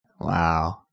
Wow